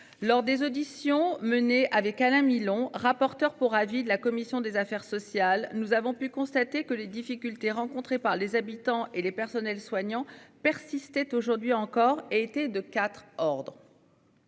Lors des auditions menées avec Alain Milon, rapporteur pour avis de la commission des affaires sociales. Nous avons pu constater que les difficultés rencontrées par les habitants et les personnels soignants persistait aujourd'hui encore été de 4 ordres.